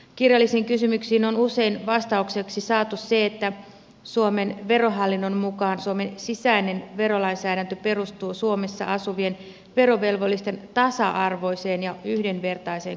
kirjallisiin kysymyksiin on usein vastaukseksi saatu se että suomen verohallinnon mukaan suomen sisäinen verolainsäädäntö perustuu suomessa asuvien verovelvollisten tasa arvoiseen ja yhdenvertaiseen kohteluun